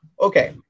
okay